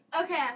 Okay